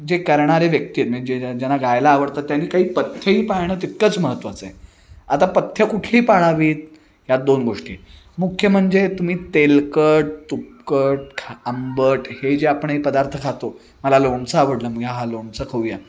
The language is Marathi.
जे करणारे व्यक्ती आहेत म्हणजे ज्या ज्यांना गायला आवडतं त्यांनी काही पथ्यही पाळणं तितकंच महत्वाचं आहे आता पथ्य कुठली पाळावीत यात दोन गोष्टी मुख्य म्हणजे तुम्ही तेलकट तुपकट खा आंबट हे जे आपण हे पदार्थ खातो मला लोणचं आवडलं मग हा लोणचं खाऊया